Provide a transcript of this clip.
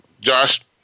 Josh